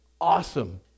awesome